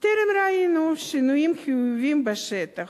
טרם ראינו שינויים חיוביים בשטח.